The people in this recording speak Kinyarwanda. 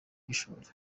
by’ishuri